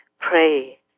Pray